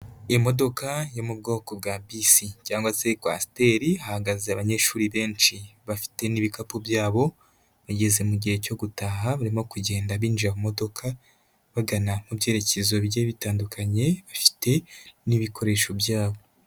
Imodoka yo mu bwoko bwa bisi cyangwa se coaster, hahagaze abanyeshuri benshi bafite n'ibikapu byabo, bageze mu gihe cyo gutaha barimo kugenda binjira mu modoka bagana mu byerekezo bigiye bitandukanye, bafite n'ibikoresho byabo.